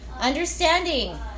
understanding